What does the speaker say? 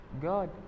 God